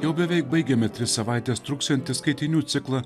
jau beveik baigiame tris savaites truksiantį skaitinių ciklą